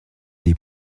les